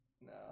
No